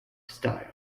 style